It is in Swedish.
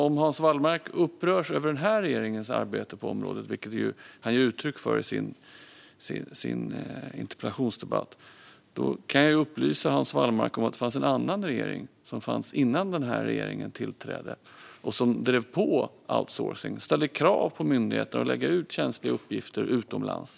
Om Hans Wallmark upprörs av den här regeringens arbete på området, vilket han ju ger uttryck för i denna interpellationsdebatt, kan jag upplysa Hans Wallmark om att det innan den här regeringen tillträdde fanns en annan regering, som drev på för outsourcing. Den ställde krav på myndigheter att lägga ut känsliga uppgifter utomlands.